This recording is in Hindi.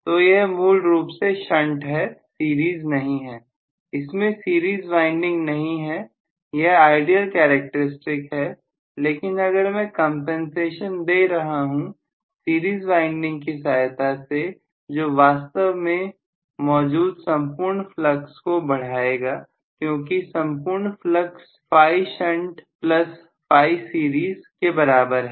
तो यह मूल रूप से शंट है सीरीज नहीं है इसमें सीरीज वाइंडिंग नहीं है यह आइडियल कैरेक्टरिस्टिक है लेकिन अगर मैं कंपनसेशन दे रहा हूं सीरीज वाइंडिंग की सहायता से जो वास्तव में मौजूद संपूर्ण फ्लक्स को बढ़ाएगा क्योंकि संपूर्ण flux phi shunt plus phi series के बराबर है